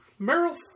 Meryl